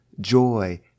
joy